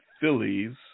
Phillies